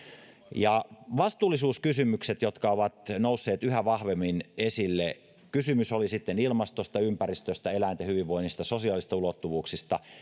ja vastuullisuuskysymykset jotka ovat nousseet yhä vahvemmin esille oli kysymys sitten ilmastosta ympäristöstä eläinten hyvinvoinnista sosiaalisista ulottuvuuksista